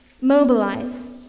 Mobilize